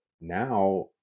now